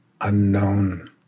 unknown